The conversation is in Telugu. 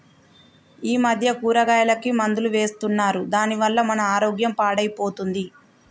ఈ మధ్య కూరగాయలకి మందులు వేస్తున్నారు దాని వల్ల మన ఆరోగ్యం పాడైపోతుంది